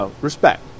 respect